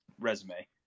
resume